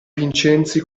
vincenzi